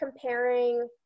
comparing